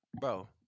Bro